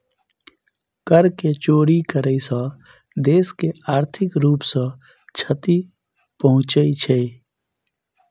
कर के चोरी करै सॅ देश के आर्थिक रूप सॅ क्षति पहुँचे छै